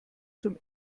zum